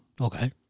Okay